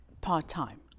part-time